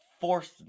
forced